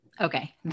Okay